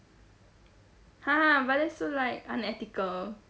!huh! but that's so like unethical